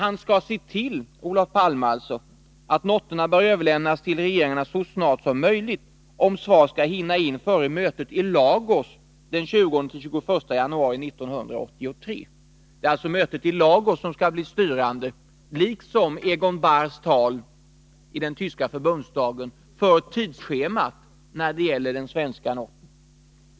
: Anders Ferm skriver vidare: ”Noterna bör överlämnas till regeringarna så snart som möjligt om svar skall hinna komma in före mötet i Lagos 20-21 januari 1983.” Det är alltså mötet i Lagos, liksom Egon Bahrs tal i den tyska förbundsdagen, som skall vara styrande för tidsschemat när det gäller den svenska noten.